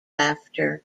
laughter